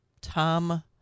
Tom